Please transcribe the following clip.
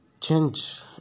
change